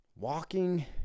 Walking